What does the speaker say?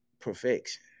perfection